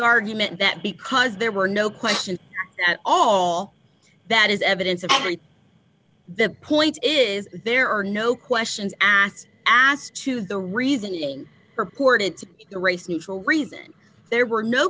argument that because there were no question at all that is evidence of the point is there are no questions asked asked to the reasoning reported to the race neutral reason there were no